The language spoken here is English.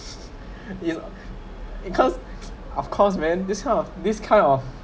it it cause of course man this kind of this kind of